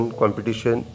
competition